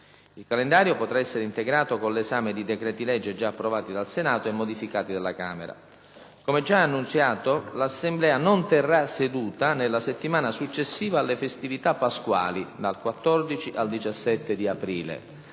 Il calendario potrà essere integrato con l'esame di decreti-legge già approvati dal Senato e modificati dalla Camera dei deputati. Come già annunciato, l'Assemblea non terrà seduta nella settimana successiva alle festività pasquali (dal 14 al 17 aprile).